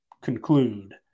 conclude